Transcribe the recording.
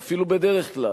ואפילו בדרך כלל,